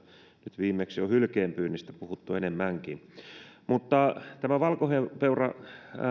nyt viimeksi on hylkeenpyynnistä puhuttu enemmänkin tämä valkohäntäpeuran